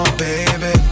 baby